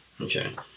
Okay